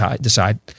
decide